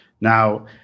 Now